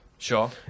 sure